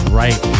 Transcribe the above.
right